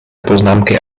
poznámky